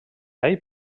ell